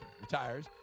retires